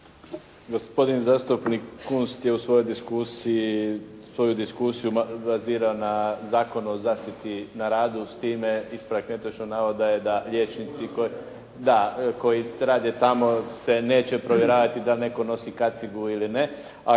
Gospodin zastupnik Kunst je u svojoj diskusiju … na Zakon o zaštiti na radu s time ispravak netočnog navoda je da liječnici, da koji rade tamo da se neće provjeravati da neko nosi kacigu ili ne,